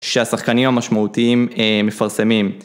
שהשחקנים המשמעותיים מפרסמים.